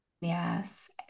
Yes